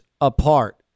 apart